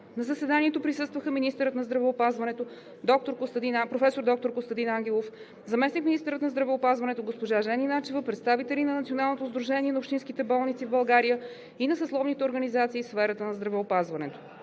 На заседанието присъстваха: министърът на здравеопазването професор доктор Костадин Ангелов, заместник-министърът на здравеопазването госпожа Жени Начева, представители на Националното сдружение на общинските болници в България и на съсловните организации в сферата на здравеопазването.